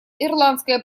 ирландское